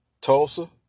Tulsa